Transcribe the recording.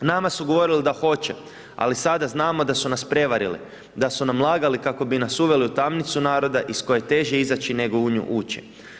Nama su govorili da hoće ali sada znamo da su nas prevarili, da su nam lagali kako bi nas uveli u tamnicu naroda iz koje je teže izaći nego u nju ući.